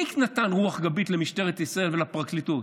מי נתן רוח גבית למשטרת ישראל ולפרקליטות?